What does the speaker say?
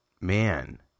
man